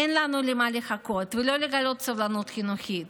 אין לנו למה לחכות, ולא לגלות סובלנות חינוכית.